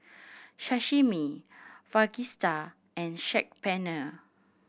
Sashimi Fajitas and Saag Paneer